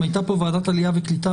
אם הייתה כאן ועדת עלייה קליטה,